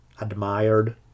admired